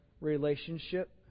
relationship